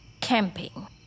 camping